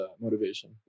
motivation